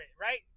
right